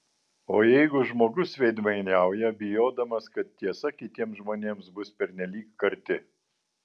o jeigu žmogus veidmainiauja bijodamas kad tiesa kitiems žmonėms bus pernelyg karti